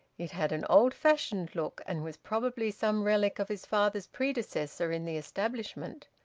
it had an old-fashioned look, and was probably some relic of his father's predecessor in the establishment.